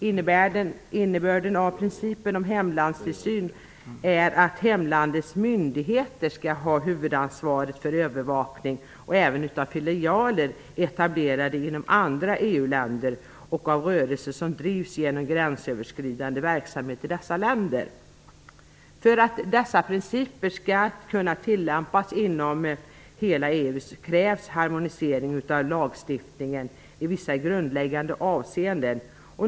Innebörden av principen om hemlandstillsyn är att hemlandets myndigheter skall ha huvudansvaret för övervakning även av filialer etablerade inom andra EU-länder och av rörelse som drivs genom gränsöverskridande verksamhet i dessa länder. För att dessa principer skall kunna tillämpas inom hela EU krävs harmonisering av lagstiftningen i vissa grundläggande avseenden.